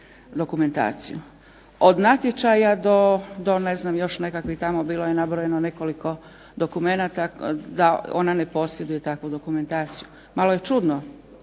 dokumentaciju. Od natječaja do ne znam još nekakvih tamo bilo je nabrojano nekoliko dokumenata da ona ne posjeduje takvu dokumentaciju. Malo je čudno